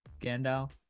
Gandalf